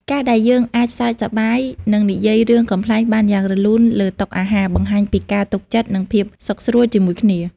ការដែលយើងអាចសើចសប្បាយ និងនិយាយរឿងកំប្លែងបានយ៉ាងរលូនលើតុអាហារ បង្ហាញពីការទុកចិត្ត និងភាពសុខស្រួលជាមួយគ្នា។